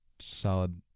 solid